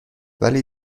ولی